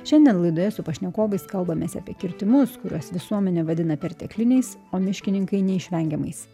šiandien laidoje su pašnekovais kalbamės apie kirtimus kuriuos visuomenė vadina pertekliniais o miškininkai neišvengiamais